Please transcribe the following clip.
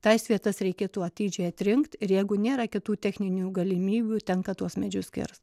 tas vietas reikėtų atidžiai atrinkt ir jeigu nėra kitų techninių galimybių tenka tuos medžius kirst